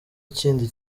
kindi